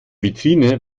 vitrine